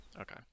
Okay